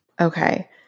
Okay